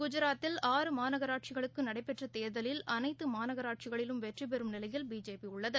குஜராத்தில் ஆறு மாநகராட்சிகளுக்குநடைபெற்றதேர்தலில் அனைத்துமாநகராட்சிகளிலும் வெற்றிபெறும் நிலையில் பி ஜே பிஉள்ளது